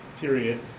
period